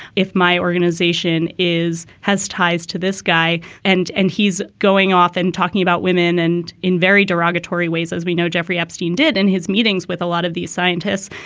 if my organization is has ties to this guy and and he's going off and talking about women and in very derogatory ways, as we know jeffrey epstein did in his meetings with a lot of these scientists,